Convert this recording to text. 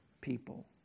people